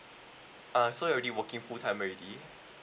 uh so you already working full time already